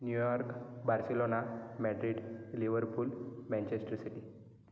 New York Barcelona Madrid liverpool Manchester city